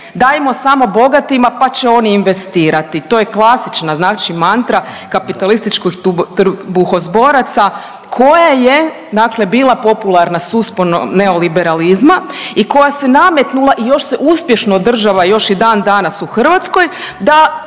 Dajmo samo bogatima pa će oni investirati, to je klasična, znači mantra kapitalističkih trbuhozboraca koja je dakle bila popularna s usponom neoliberalizma i koja se nametnula i još se uspješno održava još i dandanas u Hrvatskoj, da